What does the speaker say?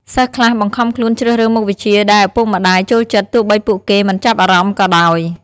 សិស្សខ្លះបង្ខំខ្លួនជ្រើសរើសមុខវិជ្ជាដែលឪពុកម្ដាយចូលចិត្ត ទោះបីពួកគេមិនចាប់អារម្មណ៍ក៏ដោយ។